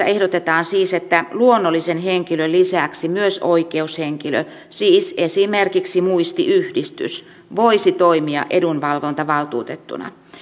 ehdotetaan siis että luonnollisen henkilön lisäksi myös oikeushenkilö siis esimerkiksi muistiyhdistys voisi toimia edunvalvontavaltuutettuna